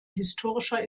historischer